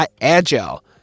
agile